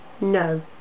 No